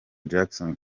jackson